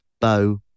bow